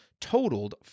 totaled